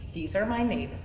these are my neighbors.